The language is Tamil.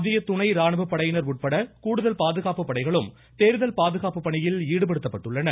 மத்திய துணை ராணுவ படையினர் உட்பட கூடுதல் பாதுகாப்பு படைகளும் தேர்தல் பாதுகாப்பு பணியில் ஈடுபடுத்தப்பட்டுள்ளன